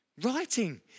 writing